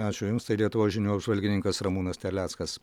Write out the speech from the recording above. ačiū jums tai lietuvos žinių apžvalgininkas ramūnas terleckas